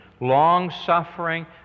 Long-suffering